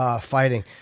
fighting